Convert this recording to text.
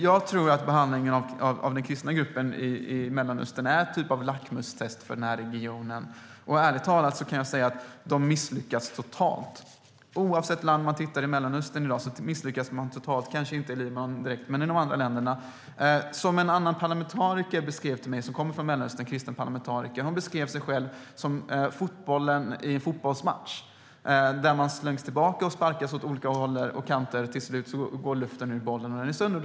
Jag tror att behandlingen av den kristna gruppen i Mellanöstern är en typ av lackmustest för den här regionen. Ärligt talat kan jag säga att de misslyckas totalt. Oavsett vilket land man tittar på i Mellanöstern i dag kan jag säga: De misslyckas totalt, kanske inte Libanon men de andra länderna. En kristen parlamentariker som kommer från Mellanöstern beskrev situationen för mig. Hon beskrev sig själv som fotbollen i en fotbollsmatch. Den slängs tillbaka och sparkas åt olika håll och kanter. Till slut går luften ur bollen och den är sönder.